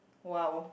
!wow!